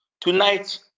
tonight